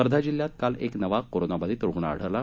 वर्धा जिल्ह्यात काल एक नवा कोरोनाबाधित रुग्ण आढळला